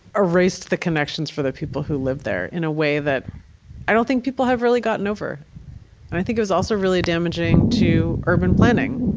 erased the connections for the people who lived there in a way that i don't think people have really gotten over. and i think it was also really damaging to urban planning.